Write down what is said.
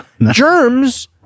Germs